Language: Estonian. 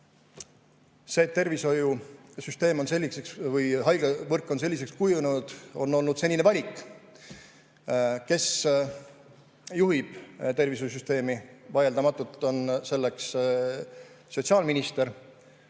et tervishoiusüsteem või haiglavõrk on selliseks kujunenud, on olnud senine valik. Kes juhib tervishoiusüsteemi? Vaieldamatult on selleks sotsiaalminister.